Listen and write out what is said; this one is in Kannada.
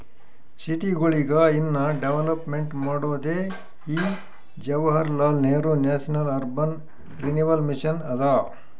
ಸಿಟಿಗೊಳಿಗ ಇನ್ನಾ ಡೆವಲಪ್ಮೆಂಟ್ ಮಾಡೋದೇ ಈ Jawaharlal Nehru national urban renewal mission ಅದಾ